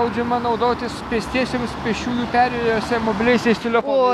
draudžiama naudotis pėstiesiems pėsčiųjų perėjose mobiliaisiais telefonais